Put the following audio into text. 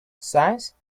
since